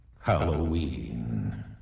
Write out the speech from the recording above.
halloween